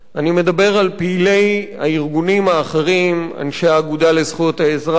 אני מדבר על פעילי הארגונים האחרים: אנשי האגודה לזכויות האזרח,